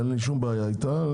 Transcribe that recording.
אין לי שום בעיה איתה.